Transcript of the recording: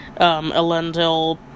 Elendil